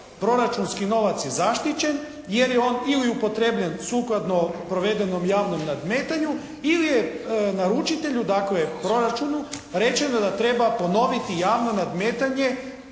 proračunski novac je zaštićen jer je on ili upotrijebljen sukladno provedenom javnom nadmetanju ili je naručitelju, dakle proračunu rečeno da treba ponoviti javno nadmetanje